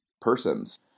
persons